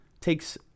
takes